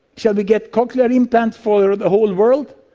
should we get cochlear implants for the whole world?